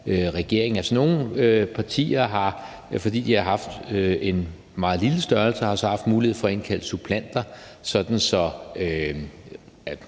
Nogle partier har så, fordi de har haft en meget lille størrelse, haft en mulighed for at indkalde suppleanter, sådan at